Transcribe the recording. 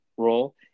role